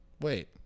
Wait